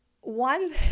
one